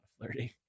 Flirting